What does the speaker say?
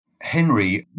Henry